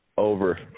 Over